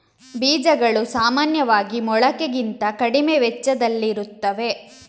ಬೀಜಗಳು ಸಾಮಾನ್ಯವಾಗಿ ಮೊಳಕೆಗಿಂತ ಕಡಿಮೆ ವೆಚ್ಚದಲ್ಲಿರುತ್ತವೆ